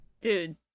dude